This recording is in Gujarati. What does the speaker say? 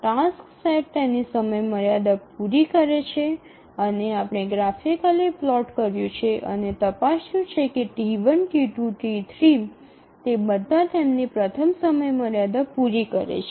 ટાસક્સ સેટ તેની સમયમર્યાદા પૂરી કરે છે અને આપણે ગ્રાફિકલી પ્લોટ કર્યું છે અને તપાસ્યું છે કે T1 T2 અને T3 તે બધા તેમની પ્રથમ સમયમર્યાદા પૂરી કરે છે